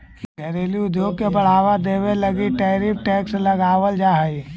घरेलू उद्योग के बढ़ावा देवे लगी टैरिफ टैक्स लगावाल जा हई